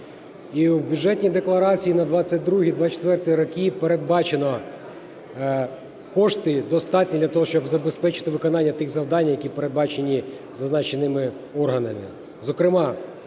І в Бюджетній декларації на 2022-2024 роки передбачено кошти достатні для того, щоб забезпечити виконання тих завдань, які передбачені зазначеними органами.